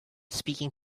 speaking